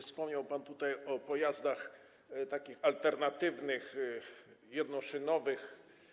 Wspomniał pan tutaj o pojazdach alternatywnych, jednoszynowych.